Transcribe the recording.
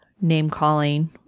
name-calling